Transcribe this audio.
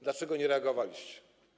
Dlaczego nie reagowaliście?